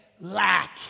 Lack